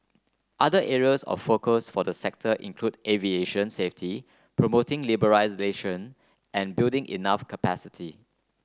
other areas of focus for the sector include aviation safety promoting liberalisation and building enough capacity